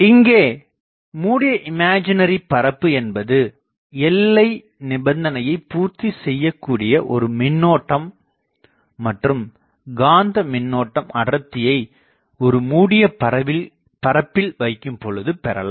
இங்கே மூடிய இமேஜனரி பரப்பு என்பது எல்லை நிபந்தனையைப் பூர்த்திச் செய்யக் கூடிய ஒரு மின்னோட்டம் மற்றும் காந்த மின்னோட்டம் அடர்த்தியை ஒரு மூடிய பரப்பில் வைக்கும் பொழுது பெறலாம்